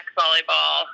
volleyball